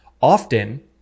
Often